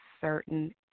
certain